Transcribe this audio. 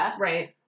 Right